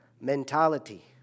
mentality